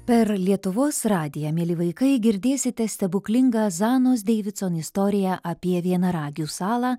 per lietuvos radiją mieli vaikai girdėsite stebuklingą azanos deividson istoriją apie vienaragių salą